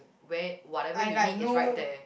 where whatever you need is right there